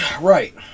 right